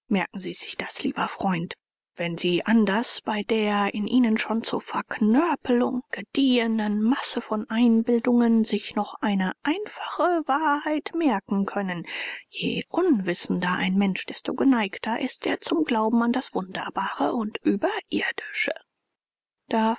merken sie sich das lieber freund wenn sie anders bei der in ihnen schon zur verknörpelung gediehenen masse von einbildungen sich noch eine einfache wahrheit merken können je unwissender ein mensch desto geneigter ist er zum glauben an das wunderbare und überirdische darf